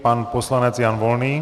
Pan poslanec Jan Volný.